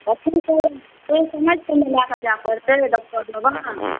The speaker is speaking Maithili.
तऽ की कही ओइ समयसँ ने मिलाके जाइ पड़तै डॉक्टर लगन